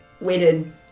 waited